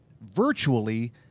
virtually